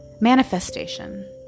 Manifestation